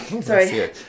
Sorry